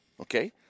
Okay